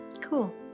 Cool